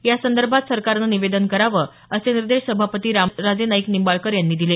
यासंदर्भात सरकारनं निवेदन करावं असे निर्देश सभापती रामराजे नाईक निंबाळकर यांनी दिले